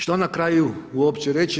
Što na kraju uopće reći?